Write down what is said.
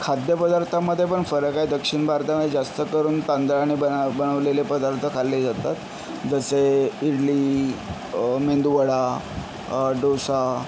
खाद्य पदार्थांमध्ये पण फरक आहे दक्षिण भारतामध्ये जास्त करून तांदळाने बन बनवलेले पदार्थ खाल्ले जातात जसे इडली मेदूवडा डोसा